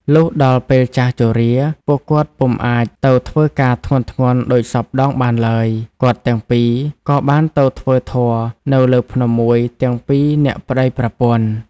លុះដល់ពេលចាស់ជរា ពួកគាត់ពុំអាចទៅធ្វើការធ្ងន់ៗដូចសព្វដងបានឡើយ គាត់ទាំងពីរក៏បានទៅធ្វើធម៌នៅលើភ្នំមួយទាំងពីរនាក់ប្ដីប្រពន្ធ។។